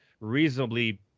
reasonably